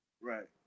Right